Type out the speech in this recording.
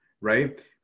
right